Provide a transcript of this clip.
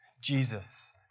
Jesus